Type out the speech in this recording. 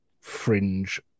fringe